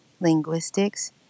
linguistics